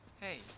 Hey